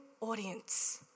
audience